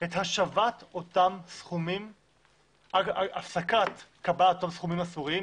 את השבת אותם סכומים , הפסקת קבלת סכומים אסורים,